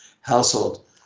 household